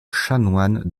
chanoine